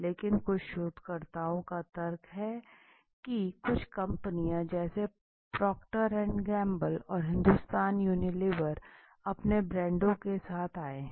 लेकिन कुछ शोधकर्ताओं का तर्क है कि कुछ कंपनियां जैसे Procter and Gamble Procter Gamble और हिंदुस्तान योनिलेवेर अपने ब्रांडों के साथ आये हैं